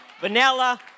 Vanilla